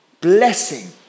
Blessing